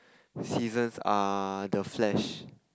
seasons are the-Flash